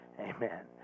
Amen